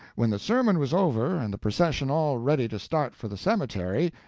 when the sermon was over, and the procession all ready to start for the cemetery,